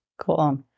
Cool